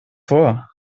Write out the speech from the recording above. vor